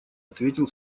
ответил